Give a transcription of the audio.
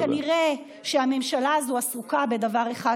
אבל כנראה שהממשלה הזו עסוקה בדבר אחד